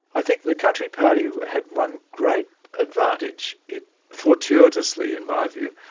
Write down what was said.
i think the country party had one great advantage. it fortuitously, in my view,